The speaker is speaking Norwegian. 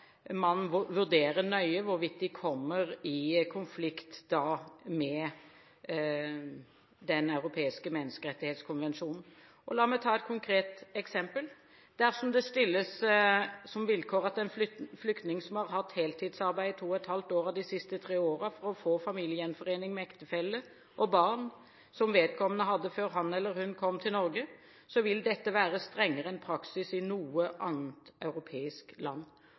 man må vurdere nøye hvorvidt de kommer i konflikt med Den europeiske menneskerettighetskonvensjonen. La meg ta et konkret eksempel: Dersom det stilles som vilkår at en flyktning skal ha hatt heltidsarbeid i to og et halvt av de siste tre årene for å få familiegjenforening med ektefelle – og barn som vedkommende hadde før han eller hun kom til Norge – vil dette være strengere praksis enn i noe annet europeisk land.